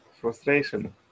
frustration